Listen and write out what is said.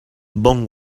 bon